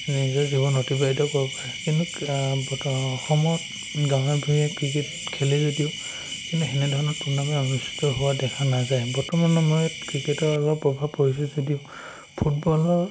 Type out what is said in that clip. নিজৰ জীৱন অতিবাহিত কৰিব পাৰে কিন্তু ক্ৰি অসমত গাঁৱে ভূঞে ক্ৰিকেট খেলে যদিও কিন্তু সেনেধৰণৰ টুৰ্ণামেণ্ট অনুষ্ঠিত হোৱা দেখা নাযায় বৰ্তমান সময়ত ক্ৰিকেটৰ অলপ প্ৰভাৱ পৰিছে যদিও ফুটবলৰ